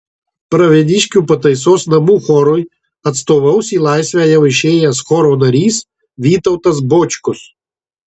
pravieniškių pataisos namų chorui atstovaus į laisvę jau išėjęs choro narys vytautas bočkus